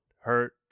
hurt